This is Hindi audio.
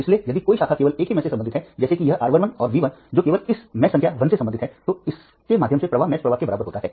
इसलिए यदि कोई शाखा केवल एक ही मेष से संबंधित है जैसे कि यह R11 और V1 जो केवल इस जाल संख्या 1 से संबंधित है तो इनके माध्यम से प्रवाह मेष प्रवाह के बराबर होता है